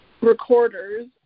recorders